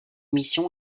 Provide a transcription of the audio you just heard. mission